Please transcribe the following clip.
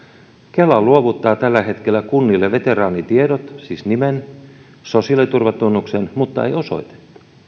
kela luovuttaa tällä hetkellä kunnille veteraanitiedot siis nimen ja sosiaaliturvatunnuksen mutta ei osoitetta